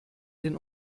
den